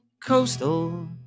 coastal